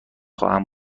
خواهم